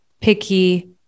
picky